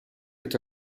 est